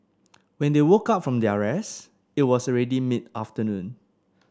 when they woke up from their rest it was already mid afternoon